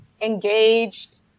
engaged